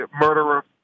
murderer